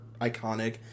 Iconic